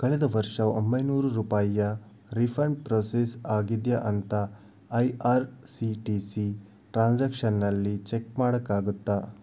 ಕಳೆದ ವರ್ಷ ಒಂಬೈನೂರು ರೂಪಾಯಿಯ ರೀಫಂಡ್ ಪ್ರೋಸೆಸ್ ಆಗಿದೆಯಾ ಅಂತ I R C T C ಟ್ರಾನ್ಸಾಕ್ಷನ್ಸಲ್ಲಿ ಚೆಕ್ ಮಾಡೋಕ್ಕಾಗತ್ತಾ